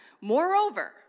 Moreover